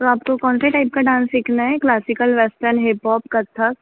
तो आपको कौन से टाइप का डांस सीखना है classical western hip hop Kathak